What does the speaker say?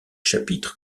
chapitre